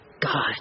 God